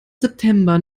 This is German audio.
september